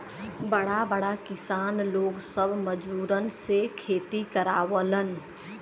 बड़ा बड़ा किसान लोग सब मजूरन से खेती करावलन